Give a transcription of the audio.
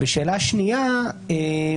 ושאלה שנייה,